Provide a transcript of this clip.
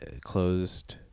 closed